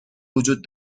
وجود